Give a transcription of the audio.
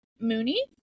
Mooney